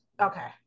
okay